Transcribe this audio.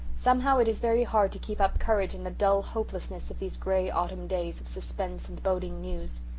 somehow, it is very hard to keep up courage in the dull hopelessness of these grey autumn days of suspense and boding news.